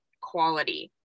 quality